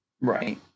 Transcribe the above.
Right